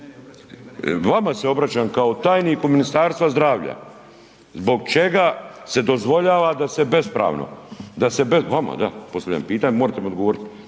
Vama se obraćam kao tajniku Ministarstva zdravlja. Zbog čega se dozvoljava da se bespravno, vama da, postavljam pitanje, morate mi odgovoriti.